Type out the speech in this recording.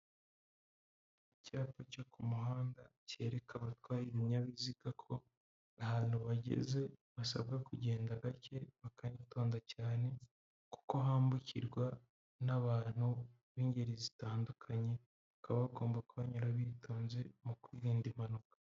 Icyapa cyo ku muhanda kereka abatwaye ibinyabiziga ko ahantu bageze basabwa kugenda gake bakanyitonda cyane, kuko hambukirwa n'abantu b'ingeri zitandukanye, bakaba bagomba kuhanyura bitonze mu kwirinda impanuka.